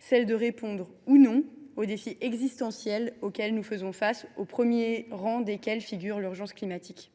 celle de répondre, ou non, aux défis existentiels auxquels nous faisons face, au premier rang desquels figure l’urgence climatique.